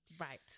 Right